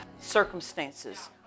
Circumstances